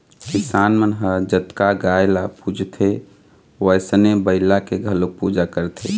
किसान मन ह जतका गाय ल पूजथे वइसने बइला के घलोक पूजा करथे